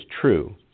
true